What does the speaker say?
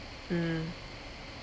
mm